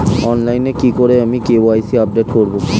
অনলাইনে কি করে আমি কে.ওয়াই.সি আপডেট করব?